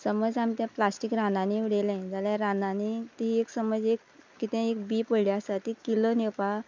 समज आमी प्लास्टीक रानांनी उडयलें जाल्यार रानांनी ती एक समज एक कितें एक बी पडली आसा ती किल्लून येवपा